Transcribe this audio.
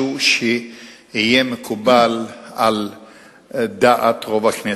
לקריאה שנייה ושלישית משהו שיהיה מקובל על דעת רוב הכנסת.